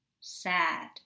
sad